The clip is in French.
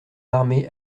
armée